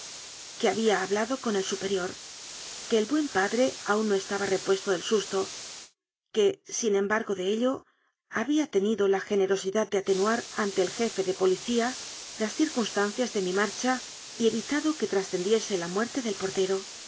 que había hablado con el superior que el buen pa dre aún no estaba repuesto del susto que sin em bargo de ello había tenido la generosidad de ate nuar ante el jefe de policía las circunstancias de mi marcha y evitado que trascendiese la muerte del portero